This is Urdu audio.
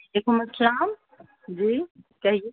وعلیکم السلام جی کہیے